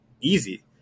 easy